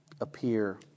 appear